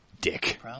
Dick